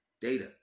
Data